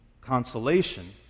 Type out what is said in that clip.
consolation